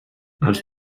els